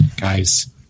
guys